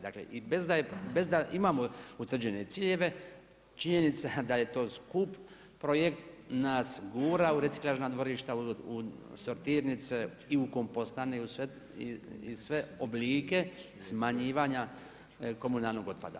Dakle i bez da imamo utvrđene ciljeve, činjenica je da je to skup projekt, nas gura u reciklažna dvorišta, u sortirnice i u kompost stane i sve oblike smanjivanja komunalnog otpada.